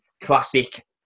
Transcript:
classic